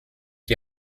die